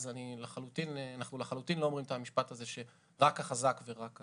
איננו גורסים שרק החזק שורד.